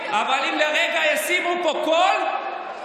אבל אם לרגע ישימו פה קול,